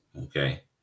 Okay